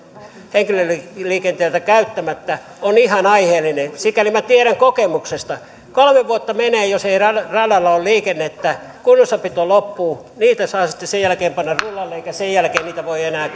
henkilöliikenteeltä käyttämättä on ihan aiheellinen sikäli minä tiedän kokemuksesta kolme vuotta menee jos radalla ei ole liikennettä ja kunnossapito loppuu niitä saa sitten sen jälkeen panna rullalle eikä sen jälkeen niitä voi enää